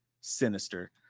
sinister